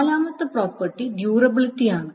നാലാമത്തെ property durability ആണ്